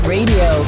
Radio